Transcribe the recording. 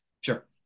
sure